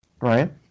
Right